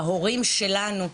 בהורים שלנו,